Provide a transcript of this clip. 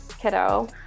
kiddo